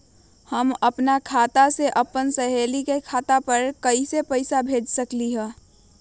हम अपना खाता से अपन सहेली के खाता पर कइसे पैसा भेज सकली ह?